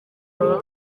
baba